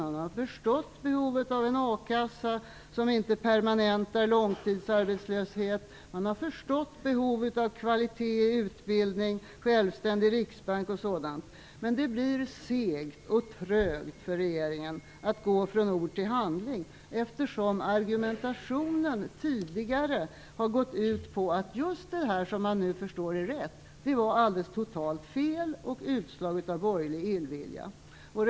Man har förstått behovet av en a-kassa som inte permanentar långtidsarbetslöshet. Man har förstått behovet av kvalitet i utbildning, självständig riksbank och sådant. Men det blir segt och trögt för regeringen att gå från ord till handling, eftersom argumentationen tidigare har gått ut på att just detta som man nu förstår är rätt var alldeles totalt fel och utslag av borgerlig illvilja.